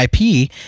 IP